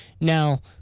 Now